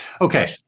Okay